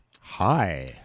Hi